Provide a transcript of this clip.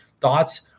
thoughts